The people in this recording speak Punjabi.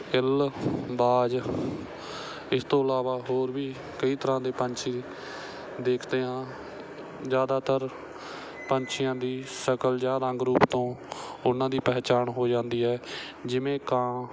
ਇੱਲ ਬਾਜ ਇਸ ਤੋਂ ਇਲਾਵਾ ਹੋਰ ਵੀ ਕਈ ਤਰ੍ਹਾਂ ਦੇ ਪੰਛੀ ਦੇਖਦੇ ਹਾਂ ਜ਼ਿਆਦਾਤਰ ਪੰਛੀਆਂ ਦੀ ਸ਼ਕਲ ਜਾਂ ਰੰਗ ਰੂਪ ਤੋਂ ਉਹਨਾਂ ਦੀ ਪਹਿਚਾਣ ਹੋ ਜਾਂਦੀ ਹੈ ਜਿਵੇਂ ਕਾਂ